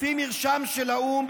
לפי מרשם של האו"ם,